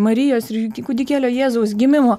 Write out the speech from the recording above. marijos ir kūdikėlio jėzaus gimimo